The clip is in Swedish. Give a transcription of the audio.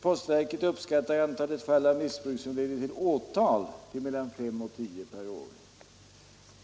Postverket uppskattar antalet fall av missbruk som leder till åtal till mellan fem och tio per år.